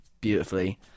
beautifully